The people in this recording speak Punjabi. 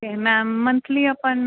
ਅਤੇ ਮੈਮ ਮੰਥਲੀ ਆਪਾਂ